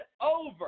over